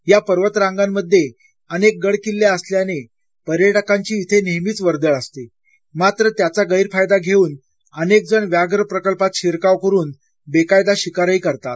या पर्वतरांगामध्ये अनेक गड किल्ले असल्याने पर्यटकांची इथे नेहमीच वर्दळ असते मात्र त्याचा गैरफायदा घेऊन अनेकजण व्याघ्र प्रकल्पात शिरकाव करून बेकायदा शिकारही करतात